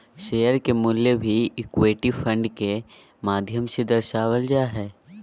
share के मूल्य भी इक्विटी फंड के माध्यम से दर्शावल जा हय